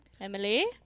Emily